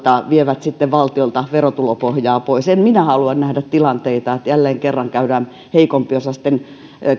vievät valtiolta verotulopohjaa pois en minä halua nähdä tilanteita että jälleen kerran käydään heikompiosaisten